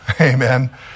amen